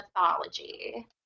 mythology